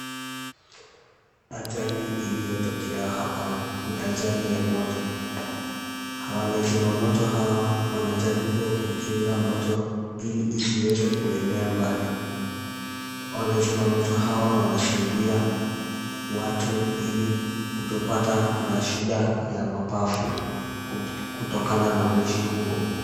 Ajali iliyotokea hapa ni ajali ya moto. Wazima moto hawa wanajaribu kukinga moto ili isiweze kuenea mbali. Wazima moto hawa wanasaidia watu ili kutopatwa na shida ya mapafu kutokana na moshi huo.